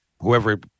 whoever